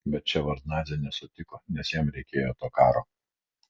bet ševardnadzė nesutiko nes jam reikėjo to karo